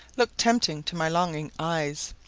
looked tempting to my longing eyes,